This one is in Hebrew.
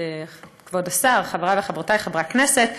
כבוד השר, חבריי וחברותיי חברי הכנסת,